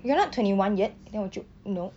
you are not twenty one yet then 我就 no